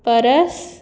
परस